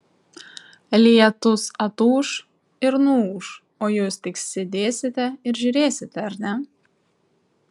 lietus atūš ir nuūš o jūs tik sėdėsite ir žiūrėsite ar ne